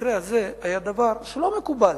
שבמקרה הזה היה דבר שלא מקובל,